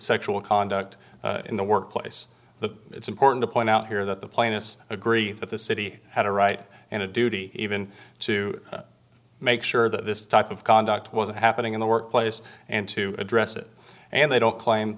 sexual conduct in the workplace the it's important to point out here that the plaintiffs agree that the city had a right and a duty even to make sure that this type of conduct was happening in the workplace and to address it and they don't claim